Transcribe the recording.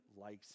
likes